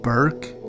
Burke